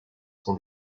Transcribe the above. son